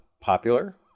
popular